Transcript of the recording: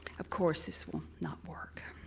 of course, this will not work.